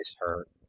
hurt